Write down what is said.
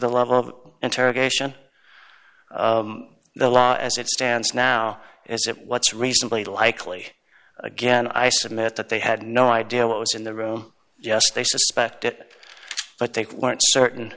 the level of interrogation the law as it stands now is it what's reasonably likely again i submit that they had no idea what was in the room yes they suspect it but they weren't certain